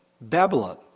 Babylon